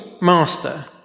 Master